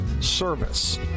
service